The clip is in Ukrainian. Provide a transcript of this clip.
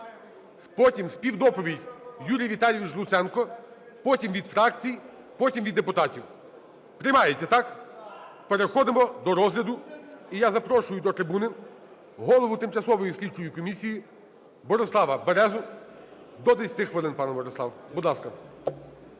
потім співдоповідь – Юрій Віталійович Луценко, потім – від фракцій, потім – від депутатів. Приймається, так? Переходимо до розгляду. І я запрошую до трибуни голову Тимчасової слідчої комісії Борислава Березу. До 10 хвилин, пане Борислав, будь ласка.